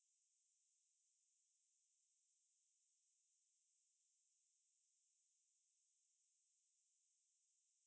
orh okay